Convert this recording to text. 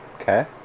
Okay